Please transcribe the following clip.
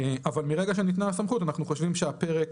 אבל מרגע שניתנה הסמכות אנחנו חושבים שפרק